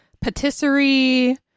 patisserie